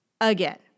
Again